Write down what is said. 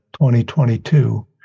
2022